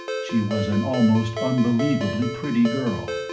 she was an almost unbelievably pretty girl,